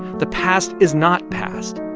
the past is not past.